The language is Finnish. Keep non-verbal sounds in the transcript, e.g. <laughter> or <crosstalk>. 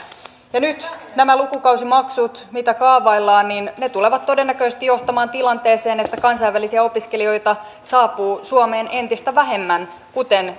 nyt nämä lukukausimaksut joita kaavaillaan tulevat todennäköisesti johtamaan tilanteeseen että kansainvälisiä opiskelijoita saapuu suomeen entistä vähemmän kuten <unintelligible>